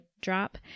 drop